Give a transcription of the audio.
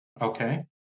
Okay